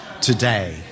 today